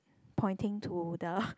pointing to the